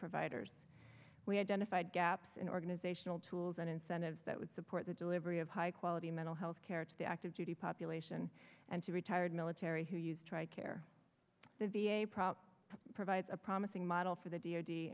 providers we identified gaps in organizational tools and incentives that would support the delivery of high quality mental health care to the active duty population and she retired military who use tri care the v a prop provides a promising model for the d